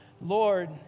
Lord